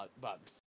bugs